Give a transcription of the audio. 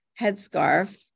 headscarf